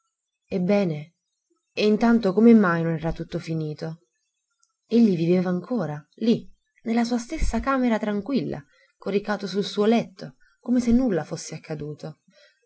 intanto come mai non era tutto finito egli viveva ancora lì nella sua stessa camera tranquilla coricato sul suo letto come se nulla fosse accaduto